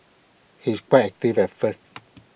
he's quite active at first